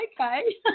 okay